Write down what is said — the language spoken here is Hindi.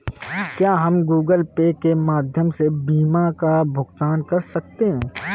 क्या हम गूगल पे के माध्यम से बीमा का भुगतान कर सकते हैं?